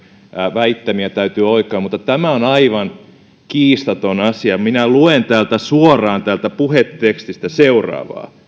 väittämiä täytyy oikoa mutta tämä on aivan kiistaton asia minä luen suoraan täältä puhetekstistä seuraavaa